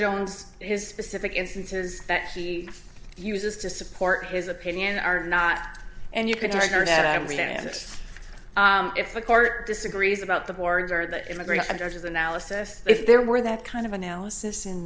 jones has specific instances that he uses to support his opinion are not and you can record that if a court disagrees about the borg or the immigration judges analysis if there were that kind of analysis in